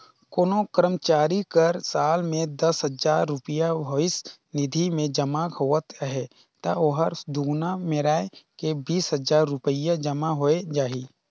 कोनो करमचारी कर साल में दस हजार रूपिया भविस निधि में जमा होवत अहे ता ओहर दुगुना मेराए के बीस हजार रूपिया जमा होए जाही